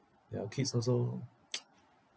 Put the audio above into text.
their kids also